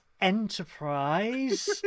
enterprise